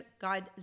God